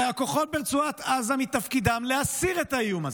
הרי הכוחות ברצועת עזה מתפקידם להסיר את האיום הזה.